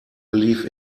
believe